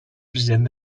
president